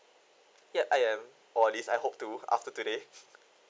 yup I am or at least I hope to after today